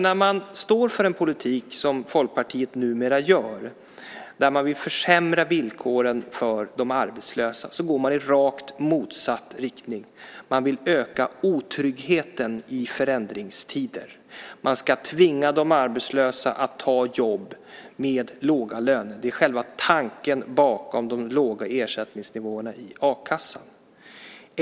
När man står för en politik, som Folkpartiet numera gör, där man vill försämra villkoren för de arbetslösa så går man i rakt motsatt riktning. Man vill öka otryggheten i förändringstider. Man ska tvinga de arbetslösa att ta jobb med låga löner. Det är själva tanken bakom de låga ersättningsnivåerna i a-kassan.